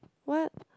what